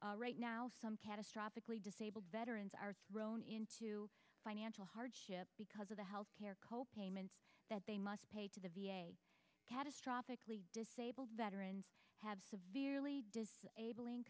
right now some catastrophic lee disabled veterans are thrown into financial hardship because of the health care co payments that they must pay to the v a catastrophic disabled veterans have severely d